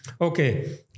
Okay